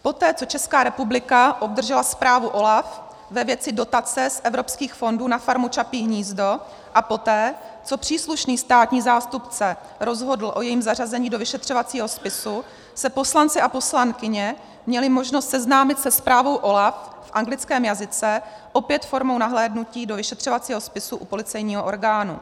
Poté co Česká republika obdržela zprávu OLAF ve věci dotace z evropských fondů na farmu Čapí hnízdo a poté co příslušný státní zástupce rozhodl a jejím zařazení do vyšetřovacího spisu, se poslanci a poslankyně měli možnost seznámit se zprávou OLAF v anglickém jazyce, opět formou nahlédnutí do vyšetřovacího spisu u policejního orgánu.